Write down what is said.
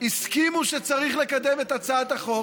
הסכימו שצריך לקדם את הצעת החוק,